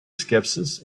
skepsis